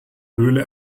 höhle